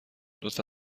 لطفا